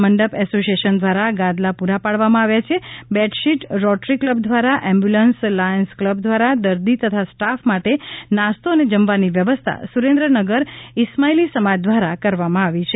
મંડપ એસોસિએશન દ્વારા ગાદલા પુરા પાડવામાં આવ્યા છે બેડશીટ રોટરી કલબ દ્વારા એમ્બ્યુલન્સ લાયન્સ કલબ દ્વારા દર્દી તથા સ્ટાફ માટે નાસ્તો અને જમવાની વ્યવસ્થા સુરેન્દ્રનગર ઇસ્માઇલી સમાજ દ્વારા કરવામાં આવી છે